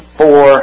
four